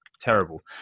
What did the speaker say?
terrible